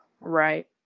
Right